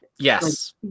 yes